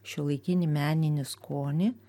šiuolaikinį meninį skonį